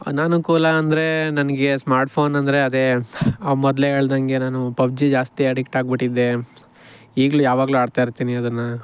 ಅನನುಕೂಲ ಅಂದರೆ ನನಗೆ ಸ್ಮಾರ್ಟ್ಫೋನ್ ಅಂದರೆ ಅದೇ ಮೊದಲೇ ಹೇಳ್ದಂಗೆ ನಾನು ಪಬ್ಜಿ ಜಾಸ್ತಿ ಅಡಿಕ್ಟಾಗಿಬಿಟ್ಟಿದ್ದೆ ಈಗಲು ಯಾವಾಗಲು ಆಡ್ತಾಯಿರ್ತೀನಿ ಅದನ್ನು